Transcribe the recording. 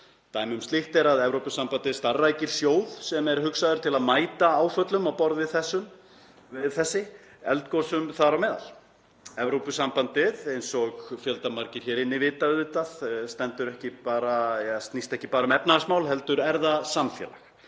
Dæmi um slíkt er að Evrópusambandið starfrækir sjóð sem er hugsaður til að mæta áföllum á borð við þessi, eldgosum þar á meðal. Evrópusambandið, eins og fjöldamargir hér inni vita auðvitað, snýst ekki bara um efnahagsmál heldur er það samfélag.